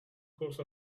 course